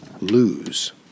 lose